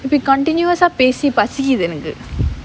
if it continuous ah பேசி பசிக்குது எனக்கு:pesi pasikkuthu enakku